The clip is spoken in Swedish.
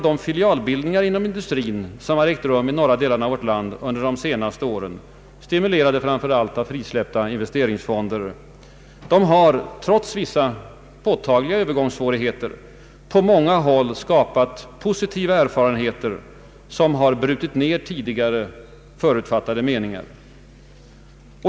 De filialbildningar inom industrin som har ägt rum i de norra delarna av vårt land under de senaste åren, stimulerade framför allt av frisläppta investeringsfonder, har trots vissa påtagliga övergångssvårigheter på många håll gett positiva erfarenheter som brutit ner tidigare förutfattade meningar.